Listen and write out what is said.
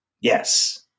Yes